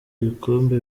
ibikombe